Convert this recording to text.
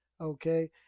Okay